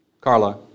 Carla